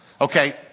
Okay